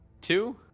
Two